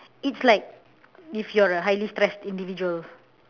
it's like if you're a highly stressed individual